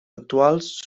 actuals